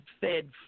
fed